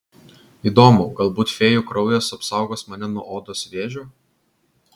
įdomu galbūt fėjų kraujas apsaugos mane nuo odos vėžio